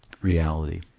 reality